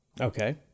okay